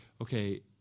okay